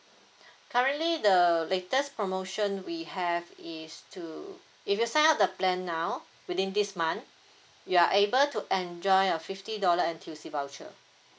currently the latest promotion we have is to if you sign up the plan now within this month you are able to enjoy a fifty dollar N_T_U_C voucher